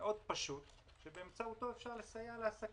פשוט מאוד שבאמצעותו אפשר לסייע לעסקים,